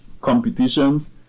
competitions